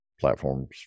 platforms